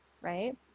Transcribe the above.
right